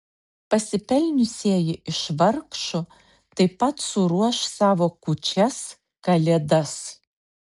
pasipelniusieji iš vargšų taip pat suruoš savo kūčias kalėdas